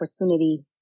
opportunity